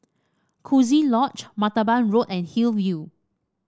Coziee Lodge Martaban Road and Hillview